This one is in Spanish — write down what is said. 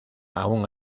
aún